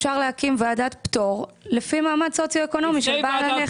אפשר להקים ועדת פטור לפי מעמד סוציו-אקונומי של בעל הנכס.